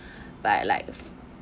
but like